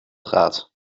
gaat